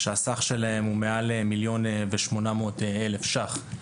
שהסך שלהם הוא יותר מ-1,800,000 ₪,